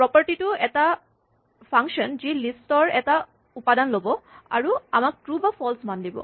property টো এটা function যি লিষ্ট ৰ এটা উপাদান ল'ব আৰু আমাক ট্ৰো বা ফল্চ মান দিব